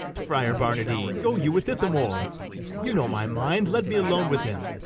friar barnardine, go you with ithamore you know my mind let me alone with him.